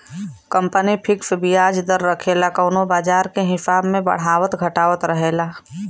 company fix बियाज दर रखेला कउनो बाजार के हिसाब से बढ़ावत घटावत रहेला